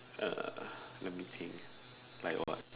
uh let me think like what